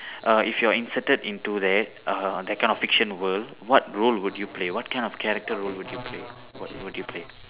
err if you're inserted into that uh that kind of fiction world what role would you play what kind of character role would you play what would you play